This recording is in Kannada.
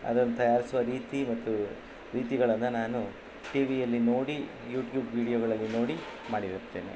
ಅದನ್ನ ತಯಾರಿಸುವ ರೀತಿ ಮತ್ತು ರೀತಿಗಳನ್ನು ನಾನು ಟಿವಿಯಲ್ಲಿ ನೋಡಿ ಯೂಟ್ಯೂಬ್ ವೀಡಿಯೋಗಳಲ್ಲಿ ನೋಡಿ ಮಾಡಿರುತ್ತೇನೆ